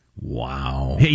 Wow